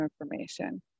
information